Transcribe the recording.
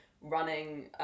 running